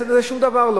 זה לא שום דבר.